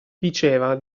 diceva